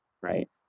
right